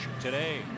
today